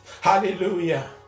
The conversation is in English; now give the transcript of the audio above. hallelujah